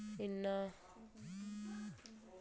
इन्ना